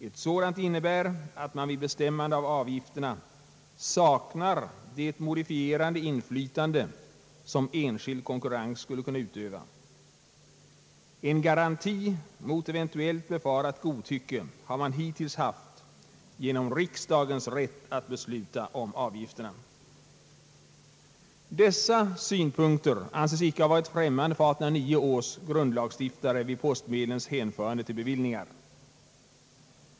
Ett sådant innebär att man vid bestämmande av avgifterna saknar det modifierande inflytande som enskild konkurrens skulle kunna utöva. En garanti mot eventuellt befarat godtycke har man hittills haft genom riksdagens rätt att besluta om avgifterna. Dessa synpunkter anses icke ha varit främmande för 1809 års grundlagsstiftare vid postmedlens hänförande till bevillningar.